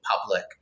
public